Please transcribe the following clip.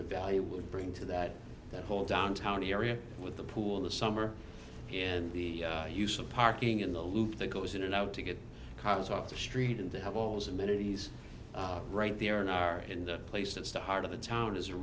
the value would bring to that that whole downtown area with the pool in the summer and the use of parking in the loop that goes in and out to get cars off the street and to have all those immunities right there in our in the place that's the heart of the town is a